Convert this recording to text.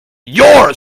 your